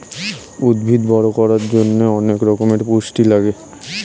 উদ্ভিদ বড় করার জন্যে অনেক রকমের পুষ্টি লাগে